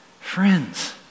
Friends